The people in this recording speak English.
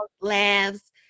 laughs